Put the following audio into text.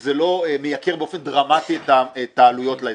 שזה לא מייקר באופן דרמטי את העלויות להם.